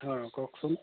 অ কওকচোন